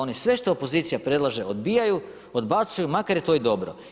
Oni sve što opozicija predlaže odbijaju, odbacuju, makar je to i dobro.